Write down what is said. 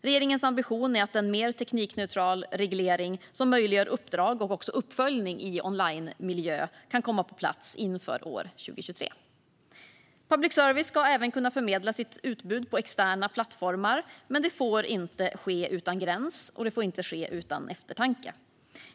Regeringens ambition är att en mer teknikneutral reglering som möjliggör uppdrag och också uppföljning i onlinemiljö kan komma på plats inför år 2023. Public service ska även kunna förmedla sitt utbud på externa plattformar. Men det får inte ske utan gräns, och det får inte ske utan eftertanke.